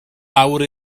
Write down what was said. lawr